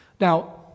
Now